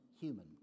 human